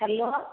hello